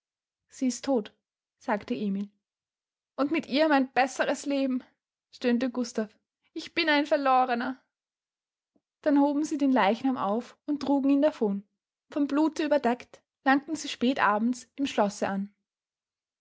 sie ist todt sagte emil und mit ihr mein besseres leben stöhnte gustav ich bin ein verlorener dann hoben sie den leichnam auf und trugen ihn davon vom blute überdeckt langten sie spät abends im schlosse an